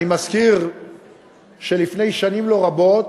אני מזכיר שלפני שנים לא רבות,